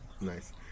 Nice